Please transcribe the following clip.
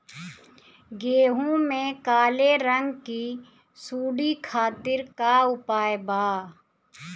गेहूँ में काले रंग की सूड़ी खातिर का उपाय बा?